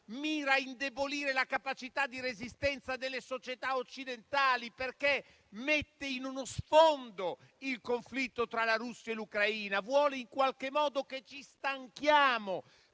mira a indebolire la capacità di resistenza delle società occidentali, perché mette in uno sfondo il conflitto tra la Russia e l'Ucraina e vuole che ci stanchiamo,